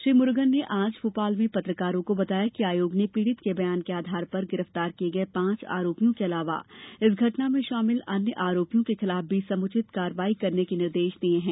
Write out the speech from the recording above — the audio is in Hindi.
श्री मुरूगन ने आज भोपाल में पत्रकारों को बताया कि आयोग ने पीड़ित के बयान के आधार पर गिरफ्तार किए गए पांच आरोपियों के अलावा इस घटना में शामिल अन्य आरोपियों के खिलाफ भी समुचित कार्यवाही करने के निर्देश दिए हैं